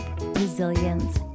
resilience